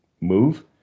move